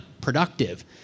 productive